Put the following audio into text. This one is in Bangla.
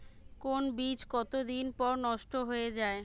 কোন বীজ কতদিন পর নষ্ট হয়ে য়ায়?